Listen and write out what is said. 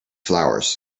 flowers